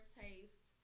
taste